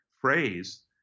phrase